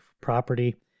property